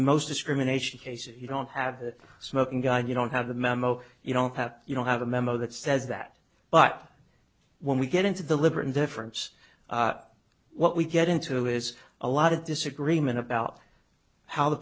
most discrimination cases you don't have the smoking gun you don't have the memo you don't have you don't have a memo that says that but when we get into deliberate indifference what we get into is a lot of disagreement about how the